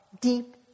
deep